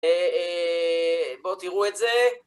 בואו תראו את זה.